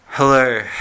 Hello